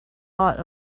lot